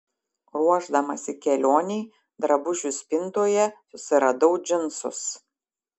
ruošdamasi kelionei drabužių spintoje susiradau džinsus